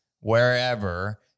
wherever